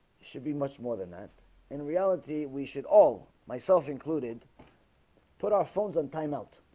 should be much more than that in reality. we should all myself included put our phones on timeout